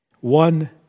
One